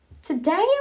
Today